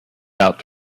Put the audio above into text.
out